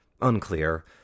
Unclear